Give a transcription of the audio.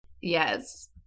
Yes